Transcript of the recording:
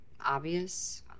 obvious